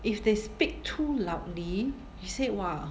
if they speak too loudly they said !wah!